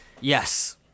Yes